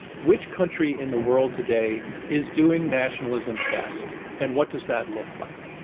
which country in the world today is doing nationalism best and what does that look like?